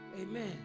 amen